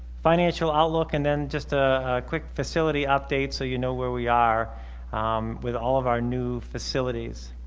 financial outlook, and then just a quick facility update so you know where we are with all of our new facilities.